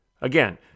Again